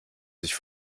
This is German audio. sich